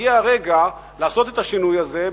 כשהגיע הרגע לעשות את השינוי הזה,